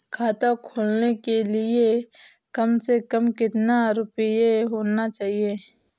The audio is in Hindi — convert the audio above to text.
खाता खोलने के लिए कम से कम कितना रूपए होने चाहिए?